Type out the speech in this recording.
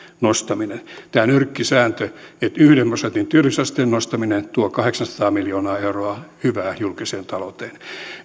nostaminen tämä nyrkkisääntö on että yhden prosentin työllisyysasteen nostaminen tuo kahdeksansataa miljoonaa euroa hyvää julkiseen talouteen